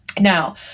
Now